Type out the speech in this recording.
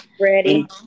Ready